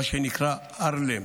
מה שנקרא ארל"מ,